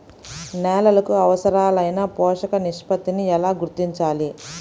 నేలలకు అవసరాలైన పోషక నిష్పత్తిని ఎలా గుర్తించాలి?